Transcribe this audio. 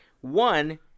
one